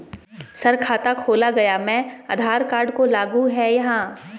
Sir खाता खोला गया मैं आधार कार्ड को लागू है हां?